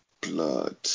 Blood